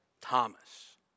Thomas